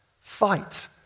fight